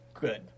Good